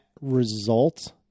result